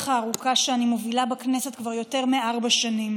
הארוכה שאני מובילה בכנסת כבר יותר מארבע שנים.